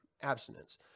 abstinence